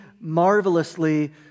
marvelously